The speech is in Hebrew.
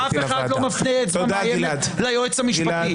אף אחד לא מפנה אצבע מאיימת ליועץ המשפטי.